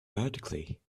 vertically